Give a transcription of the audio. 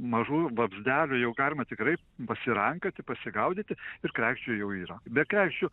mažų vabzdelių jau galima tikrai pasirankioti pasigaudyti ir kregždžių jau yra be kregždžių